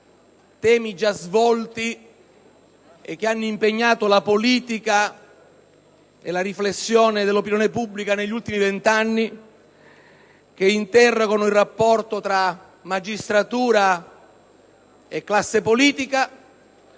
temi già svolti, che hanno impegnato la politica e la riflessione dell'opinione pubblica degli ultimi 20 anni e che interrogano il rapporto tra magistratura e classe politica